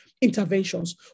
interventions